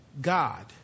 God